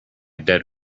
dead